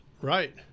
Right